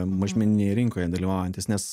mažmeninėje rinkoje dalyvaujantys nes